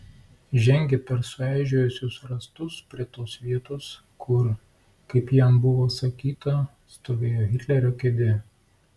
žengė per sueižėjusius rąstus prie tos vietos kur kaip jam buvo sakyta stovėjo hitlerio kėdė